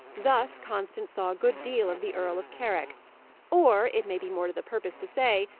thus constance saw a good deal of the earl of carrick or, it may be more to the purpose to say,